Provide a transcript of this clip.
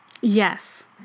Yes